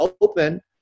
open